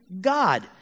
God